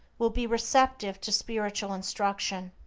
will be receptive to spiritual instruction.